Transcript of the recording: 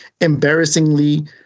embarrassingly